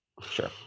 Sure